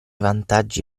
vantaggi